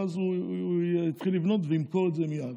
ואז הוא יתחיל לבנות וימכור את זה מייד.